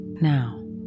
Now